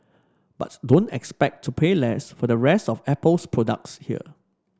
don't expect to pay less for the rest of Apple's products here